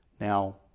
Now